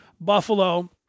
Buffalo